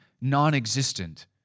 non-existent